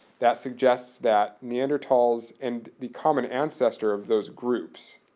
that suggests that neanderthals and the common ancestor of those groups,